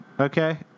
Okay